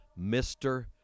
Mr